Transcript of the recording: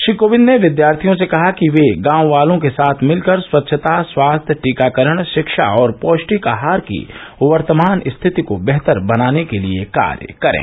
श्री कोविंद ने विद्यार्थियों से कहा कि वे गांव वालों के साथ मिलकर स्वच्छता स्वास्थ्य टीकाकरण शिक्षा और पौष्टिक आहार की वर्तमान स्थिति को बेहतर बनाने के लिए कार्य करें